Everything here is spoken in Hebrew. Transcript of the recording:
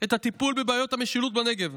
את הטיפול בבעיות המשילות בנגב.